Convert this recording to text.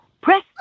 press